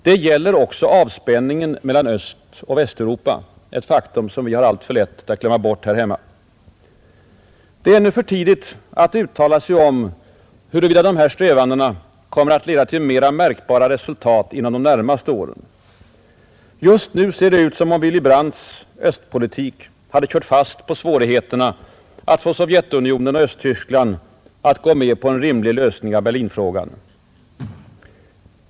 Det gäller också avspänningen mellan Östoch Västeuropa, ett faktum som vi har alltför lätt att glömma bort här hemma. Det är ännu för tidigt att uttala sig om huruvida de här strävandena kommer att leda till mera märkbara resultat inom de närmaste åren. Just nu ser det ut som om Willy Brandts östpolitik hade kört fast på svårigheterna att få Sovjetunionen och Östtyskland att gå med på en rimlig lösning av Berlinfrågan.